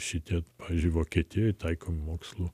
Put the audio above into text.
šitie pavyzdžiui vokietijoje taiko mokslu